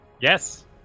Yes